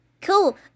Cool